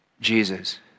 Jesus